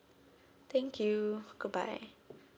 thank you good bye